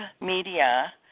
Media